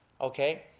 Okay